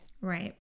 Right